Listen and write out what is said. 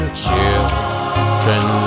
children